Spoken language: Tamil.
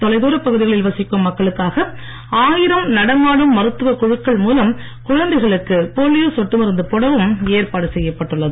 தொலைதாரப் பகுதிகளில் வசிக்கும் மக்களுக்காக ஆயிரம் நடமாடும் மருத்துவக் குழுக்கள் மூலம் குழந்தைகளுக்கு போலியோ சொட்டு மருந்து போடவும் ஏற்பாடு செய்யப்பட்டுள்ளது